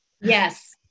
Yes